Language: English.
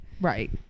right